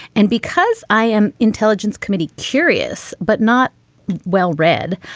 and because i am intelligence committee curious but not well read.